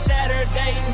Saturday